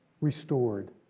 Restored